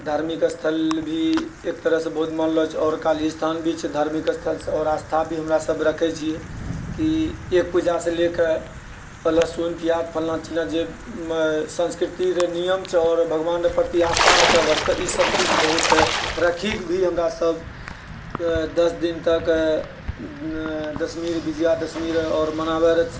धार्मिक स्थल भी एक तरहसँ बहुत मन आओर काली स्थान भी छै धार्मिक स्थल आओर आस्था भी हमरासब रखए छिऐ कि एक पूजासँ लए कऽ लहसुन प्याज फलना चिलना जे संस्कृति रऽ नियम छै आओर भगवान रऽ प्रति आस्था रखए वास्ते ई सब चीज बहुत राखिकऽ भी हमरा सब दश दिन तक दशमी रऽ विजया दशमी रऽ आओर मनाबै रऽ